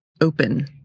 open